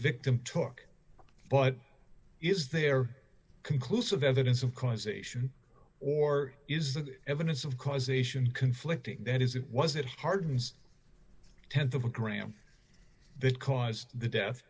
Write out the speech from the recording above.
victim took but is there conclusive evidence of causation or is that evidence of causation conflicting that is it was it hardens th of a gram that caused the death